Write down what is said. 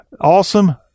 awesome